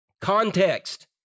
Context